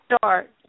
start